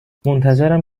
منتظرم